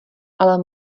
ale